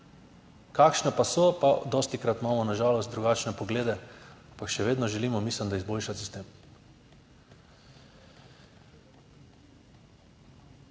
Kakšne pa so pa dostikrat imamo na žalost drugačne poglede, ampak še vedno želimo, mislim da izboljšati sistem.